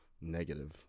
negative